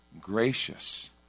gracious